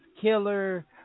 killer